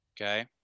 okay